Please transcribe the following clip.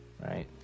right